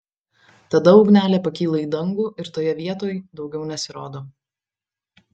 tada ugnelė pakyla į dangų ir toje vietoj daugiau nesirodo